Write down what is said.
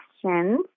questions